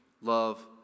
love